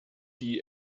die